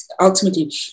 ultimately